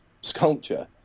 sculpture